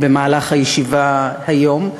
במהלך הישיבה היום.